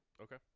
Okay